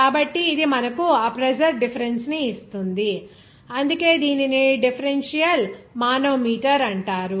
కాబట్టి ఇది మనకు ఆ ప్రెజర్ డిఫరెన్స్ ని ఇస్తుంది అందుకే దీనిని డిఫరెన్షియల్ మానోమీటర్ అంటారు